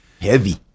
Heavy